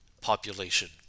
population